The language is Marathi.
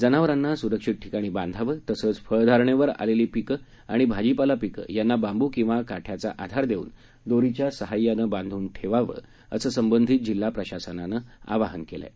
जनावरांना सुरक्षित ठिकाणी बांधावं तसंच फळधारणेवर असलेली पिकं आणि भाजीपाला पिके यांना बांबू किंवा काठ्याचा आधार देऊन दोरीच्या सहाय्यानं बांधून ठेवावं असं संबंधित जिल्हा प्रशासनानं आवाहन केलं आहे